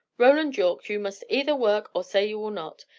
roland yorke, you must either work or say you will not.